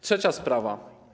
Trzecia sprawa.